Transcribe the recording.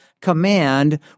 command